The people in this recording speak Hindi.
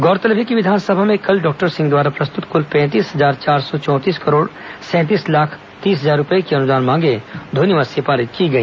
गौरतलब है कि विधानसभा में डॉक्टर सिंह द्वारा प्रस्तुत कुल पैंतीस हजार चार सौ चौंतीस करोड़ सैंतीस लाख तीस हजार रूपये की अनुदान मांगें ध्वनिमत से पारित की गई